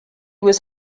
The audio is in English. was